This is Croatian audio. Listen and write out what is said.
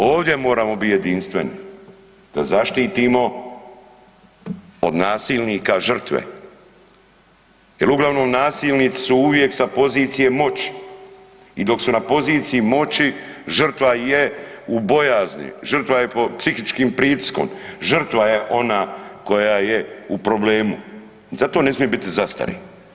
Ovdje moramo biti jedinstveni, da zaštitimo od nasilnika žrtve jer uglavnom nasilnici su uvijek sa pozicije moći i dok su na poziciji moći žrtva je u bojazni, žrtva je pod psihičkim pritiskom, žrtva je ona koja je u problemu i zato ne smije biti zastare.